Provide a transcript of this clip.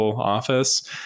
office